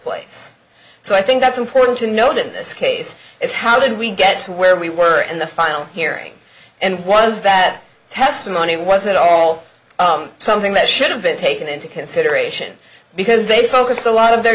place so i think that's important to note in this case is how did we get to where we were in the final hearing and was that testimony wasn't all something that should have been taken into consideration because they focused a lot of their